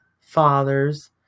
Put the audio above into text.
fathers